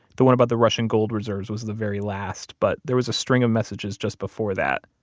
the one about the russian gold reserves was the very last, but there was a string of messages just before that.